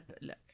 look